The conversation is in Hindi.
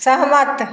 सहमत